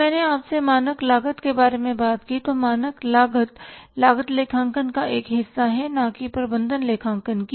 जब मैंने आपसे मानक लागत के बारे में बात की तो मानक लागत लागत लेखांकन का हिस्सा है न कि प्रबंधन लेखांकन की